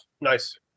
nice